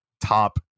top